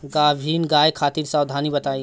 गाभिन गाय खातिर सावधानी बताई?